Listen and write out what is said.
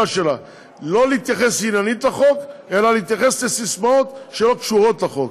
שלה היא לא להתייחס עניינית לחוק אלא להתייחס לססמאות שלא קשורות לחוק.